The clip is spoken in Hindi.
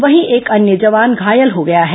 वहीं एक अन्य जवान घायल हो गया है